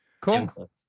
Cool